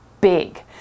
big